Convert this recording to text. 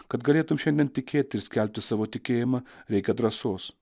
kad galėtum šiandien tikėti ir skelbti savo tikėjimą reikia drąsos